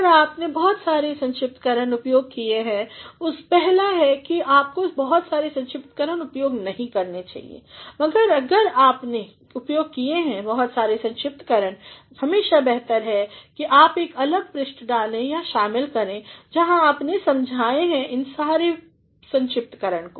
अगर आपने बहुत सारे संक्षिप्तकरण उपयोग किए हैं पहला है कि आपको बहुत सारे संक्षिप्तकरण उपयोग नहीं करने चाहिए मगर अगर आपने उपयोग किए हैं बहुत सारे संक्षिप्तकरण हमेशा बेहतर है कि आप एक अलग पृष्ठ डालें या शामिल करें जहाँ आपने समझाए हैं यह सभी संक्षिप्तकरण